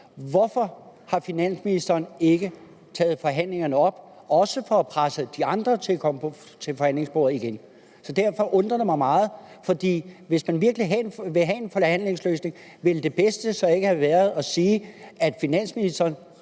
Hvorfor har finansministeren ikke taget forhandlingerne op, også for at presse de andre til at komme til forhandlingsbordet igen? Det undrer mig meget, for hvis man virkelig ville have en forhandlingsløsning, ville det bedste så ikke have været at sige, at finansministeren